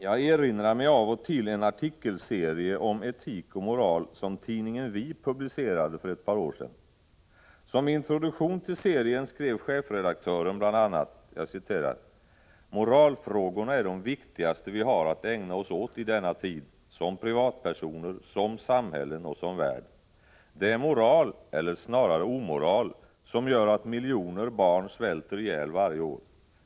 Jag erinrar mig av och till en artikelserie om etik och moral, som tidningen Vi publicerade för ett par år sedan. Som introduktion till serien skrev chefredaktören bl.a.: Moralfrågorna är de viktigaste vi har att ägna oss åt i denna tid, som privatpersoner, som samhällen och som värld. Det är moral, eller snarare omoral, som gör att miljoner barn svälter ihjäl varje år.